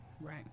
Right